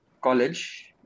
college